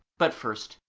but, first,